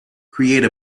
create